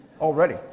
already